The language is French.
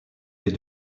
les